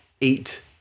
eight